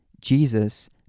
Jesus